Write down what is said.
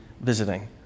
visiting